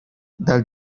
del